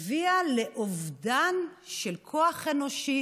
הביא לאובדן של כוח אנושי